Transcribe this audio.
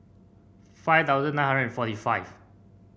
five thousand nine hundred forty five